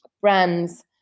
brands